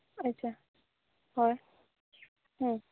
ᱟᱪᱪᱷᱟ ᱦᱮᱸ ᱦᱮᱸ